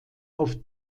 auf